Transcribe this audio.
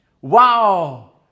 Wow